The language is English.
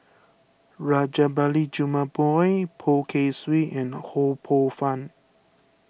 Rajabali Jumabhoy Poh Kay Swee and Ho Poh Fun